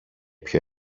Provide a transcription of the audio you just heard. πιο